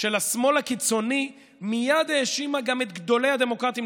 של השמאל הקיצוני מייד האשימה גם את גדולי הדמוקרטים.